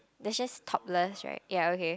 that's just topless right